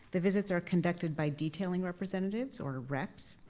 the visits are conducted by detailing representatives, or reps,